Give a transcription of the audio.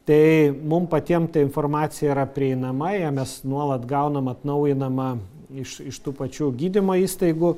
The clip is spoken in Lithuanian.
tai mum patiem ta informacija yra prieinama ją mes nuolat gaunam atnaujinamą iš iš tų pačių gydymo įstaigų